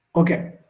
Okay